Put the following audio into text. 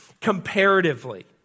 comparatively